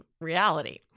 reality